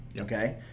okay